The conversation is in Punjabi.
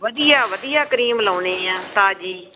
ਵਧੀਆ ਵਧੀਆ ਕ੍ਰੀਮ ਲਾਉਂਦੇ ਹਾਂ ਤਾਜ਼ੀ